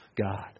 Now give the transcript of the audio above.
God